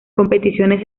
competiciones